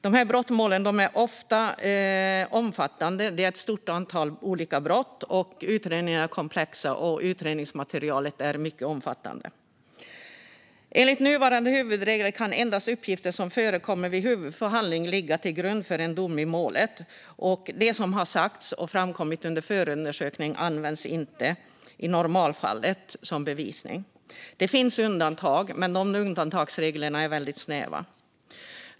Dessa brottmål är ofta omfattande. Det är ett stort antal olika brott. Utredningarna är komplexa, och utredningsmaterialet är mycket omfattande. Enligt nuvarande huvudregel kan endast uppgifter som förekommit vid huvudförhandlingen ligga till grund för en dom i målet. Det som har sagts och framkommit under förundersökningen används i normalfallet inte som bevisning. Det finns undantag, men dessa undantagsregler är väldigt snäva.